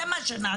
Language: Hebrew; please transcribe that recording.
זה מה שנעשה.